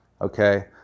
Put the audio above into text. Okay